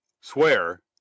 Swear